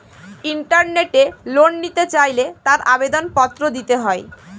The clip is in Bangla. ইন্টারনেটে লোন নিতে চাইলে তার আবেদন পত্র দিতে হয়